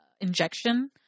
injection